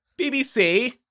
BBC